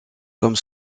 comme